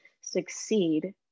succeed